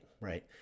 right